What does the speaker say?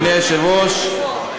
אדוני היושב-ראש,